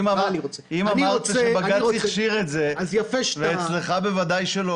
אמרת שבג"ץ הכשיר את זה ואצלך בוודאי שלא